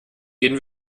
gehen